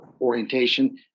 orientation